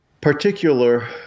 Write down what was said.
particular